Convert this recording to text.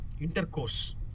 Intercourse